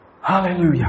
Hallelujah